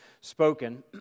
spoken